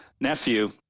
nephew